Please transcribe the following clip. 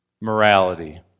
morality